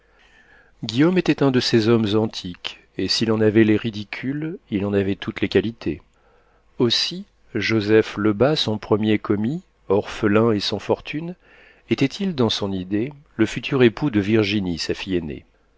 guillaume était un de ces hommes antiques et s'il en avait les ridicules il en avait toutes les qualités aussi joseph lebas son premier commis orphelin et sans fortune était-il dans son idée le futur époux de virginie sa fille aînée